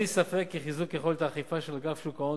אין לי ספק כי חיזוק יכולת האכיפה של אגף שוק ההון